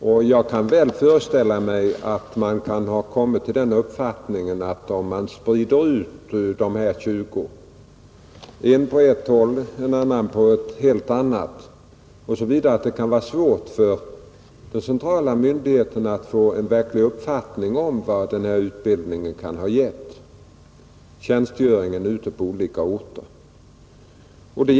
Och jag förstår väl att den centrala myndigheten kommit till den uppfattningen att om dessa 20 ynglingar sprids ut på olika håll så kan det vara svårt att få en verklig uppfattning om vad deras tjänstgöring har givit.